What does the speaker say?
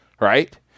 right